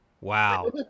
Wow